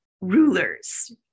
rulers